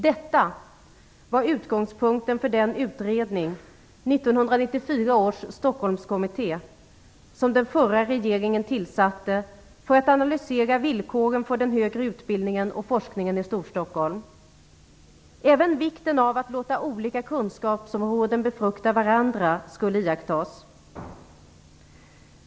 Detta var utgångspunkten för den utredning, 1994 års Stockholmskommitté, som den förra regeringen tillsatte för att analysera villkoren för den högre utbildningen och forskningen i Storstockholm. Även vikten av att låta olika kunskapsområden befrukta varandra skulle iakttas.